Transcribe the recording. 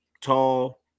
tall